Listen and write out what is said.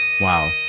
Wow